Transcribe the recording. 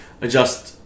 adjust